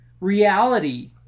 reality